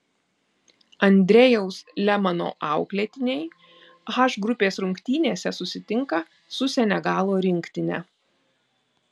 andrejaus lemano auklėtiniai h grupės rungtynėse susitinka su senegalo rinktine